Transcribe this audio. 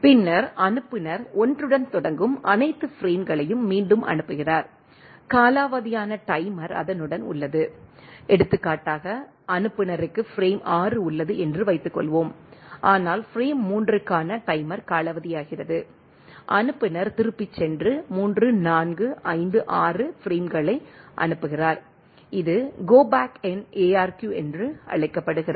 பின்னர் அனுப்புநர் 1 உடன் தொடங்கும் அனைத்து பிரேம்களையும் மீண்டும் அனுப்புகிறார் காலாவதியான டைமர் அதனுடன் உள்ளது எடுத்துக்காட்டாக அனுப்புநருக்கு பிரேம் 6 உள்ளது என்று வைத்துக்கொள்வோம் ஆனால் பிரேம் 3 க்கான டைமர் காலாவதியாகிறது அனுப்புநர் திரும்பிச் சென்று 3 4 5 6 பிரேம்களை அனுப்புகிறார் இது கோ பேக் என் ARQ என்று அழைக்கப்படுகிறது